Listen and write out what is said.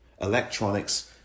Electronics